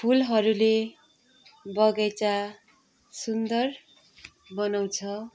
फुलहरूले बगैँचा सुन्दर बनाउँछ